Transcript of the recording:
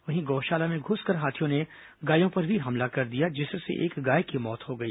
वहीं गौशाला में घुसकर हाथियों ने गायों पर भी हमला कर दिया जिससे एक गाय की मौत हो गई